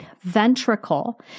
ventricle